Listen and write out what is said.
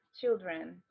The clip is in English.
children